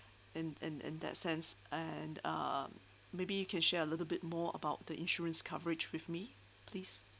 in in in that sense and um maybe you can share a little bit more about the insurance coverage with me please